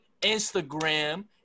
Instagram